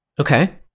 okay